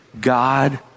God